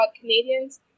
Canadians